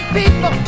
people